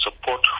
support